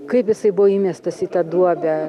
kaip jisai buvo įmestas į tą duobę